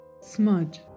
Smudge